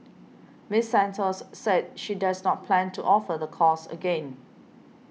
Miss Santos said she does not plan to offer the course again